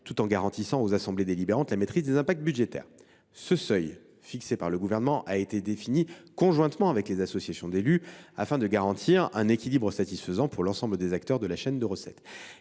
tout en garantissant aux assemblées délibérantes la maîtrise des impacts budgétaires. Ce seuil, fixé par le Gouvernement, a été défini conjointement avec les associations d’élus, afin de garantir un équilibre satisfaisant pour l’ensemble des acteurs de la chaîne de recettes.